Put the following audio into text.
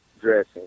dressing